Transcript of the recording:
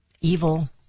Evil